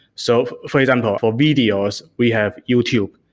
so, for example, for videos, we have youtube,